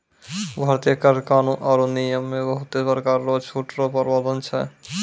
भारतीय कर कानून आरो नियम मे बहुते परकार रो छूट रो प्रावधान छै